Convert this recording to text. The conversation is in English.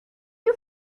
you